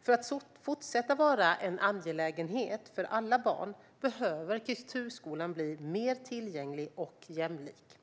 För att fortsätta vara en angelägenhet för alla barn behöver kulturskolan bli mer tillgänglig och jämlik.